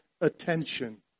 attention